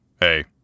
Hey